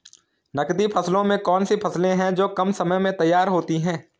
नकदी फसलों में कौन सी फसलें है जो कम समय में तैयार होती हैं?